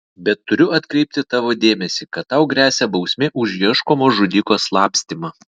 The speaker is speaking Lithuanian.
bet turiu atkreipti tavo dėmesį kad tau gresia bausmė už ieškomo žudiko slapstymą